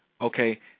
okay